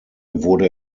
wurde